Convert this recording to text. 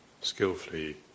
skillfully